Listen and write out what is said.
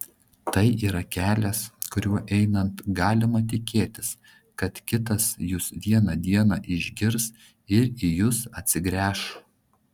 tai yra kelias kuriuo einant galima tikėtis kad kitas jus vieną dieną išgirs ir į jus atsigręš